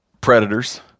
predators